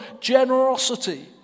generosity